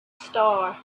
star